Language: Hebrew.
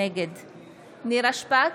נגד נירה שפק,